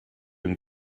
und